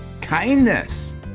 kindness